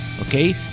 Okay